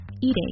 eating